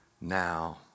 now